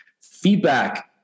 Feedback